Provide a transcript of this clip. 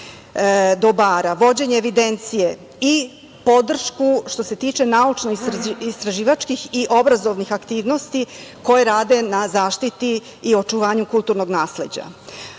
dobara, vođenje evidencije i podršku što se tiče naučno-istraživačkih i obrazovnih aktivnosti koje rade na zaštiti i očuvanju kulturnog